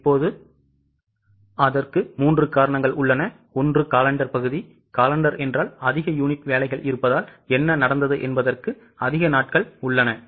இப்போது அதற்கு 3 காரணங்கள் உள்ளன ஒன்று காலெண்டர் பகுதி காலெண்டர் என்றால் அதிக யூனிட் வேலைகள் இருப்பதால் என்ன நடந்தது என்பதற்கு அதிக நாட்கள் உள்ளன